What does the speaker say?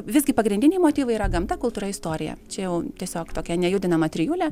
visgi pagrindiniai motyvai yra gamta kultūra istorija čia jau tiesiog tokia nejudinama trijulė